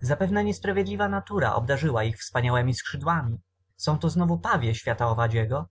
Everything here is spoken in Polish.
zapewne niesprawiedliwa natura obdarzyła ich wspaniałemi skrzydłami są to znowu pawie świata owadziego